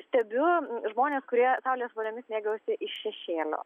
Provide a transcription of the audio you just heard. stebiu žmones kurie saulės voniomis mėgaujasi iš šešėlio